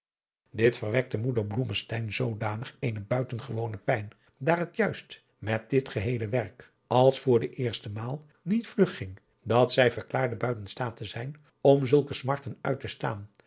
dit verwekte moeder blommesteyn zoodanig eene buitengewone pijn daar het juist met dit geheele werk als voor de eerste maal niet vlug ging dat zij verklaarde buiten staat te zijn om zulke smarten uit te staan